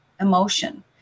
emotion